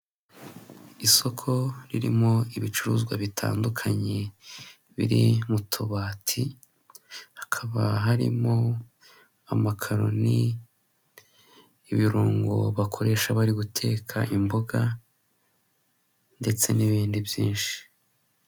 Isoko ririmo ibicuruzwa bitandukanye biri mu tubati ;hakaba harimo amakaroni, ibirungo bakoresha bari guteka harimo imboga ndetse n'ibindi byinshi.